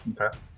Okay